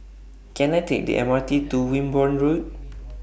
Can I Take The M R T to Wimborne Road